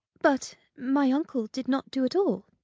but my uncle did not do it all?